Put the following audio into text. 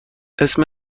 اسم